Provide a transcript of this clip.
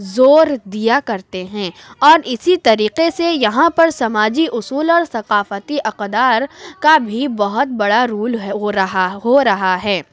زور دیا کرتے ہیں اور اسی طریقے سے یہاں پر سماجی اصول اور ثقافتی اقدار کا بھی بہت بڑا رول ہے ہو رہا ہو رہا ہے